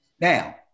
Now